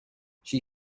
she